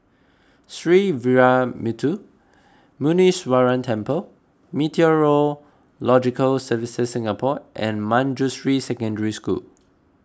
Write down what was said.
Sree Veeramuthu Muneeswaran Temple Meteorological Services Singapore and Manjusri Secondary School